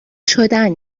شدن